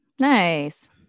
Nice